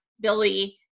Billy